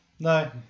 No